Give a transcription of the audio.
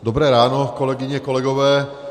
Dobré ráno, kolegyně, kolegové.